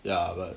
ya but